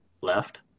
left